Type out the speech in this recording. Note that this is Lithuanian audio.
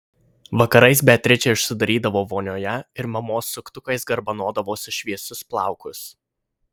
vakarais beatričė užsidarydavo vonioje ir mamos suktukais garbanodavosi šviesius plaukus